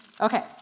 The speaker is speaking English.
Okay